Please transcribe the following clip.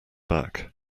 back